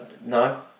No